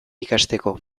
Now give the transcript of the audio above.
ikasteko